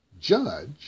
judge